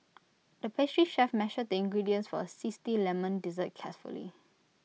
the pastry chef measured the ingredients for A Zesty Lemon Dessert carefully